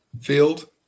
field